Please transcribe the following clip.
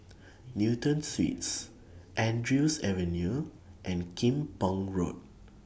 Newton Suites Andrews Avenue and Kim Pong Road